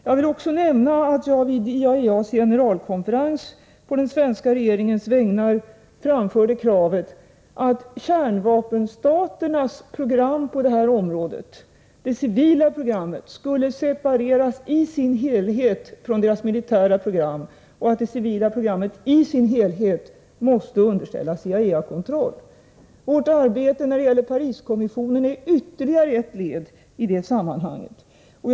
Jag vill också nämna att jag vid IAEA:s generalkonferens på den svenska regeringens vägnar beträffande kärnvapenstaternas program på det här området framförde kravet att det civila programmet skulle separeras i sin helhet från kärnvapenstaternas militära program och att det civila programmet i sin helhet skall underställas IAEA:s kontroll. Vårt arbete i Pariskommissionen är ytterligare ett led i vår strävan i det avseendet.